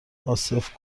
عاصف